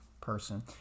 person